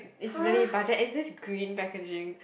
is really budget and this green packaging